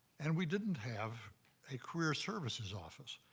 and we didn't have a career services office.